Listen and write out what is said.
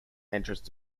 entrance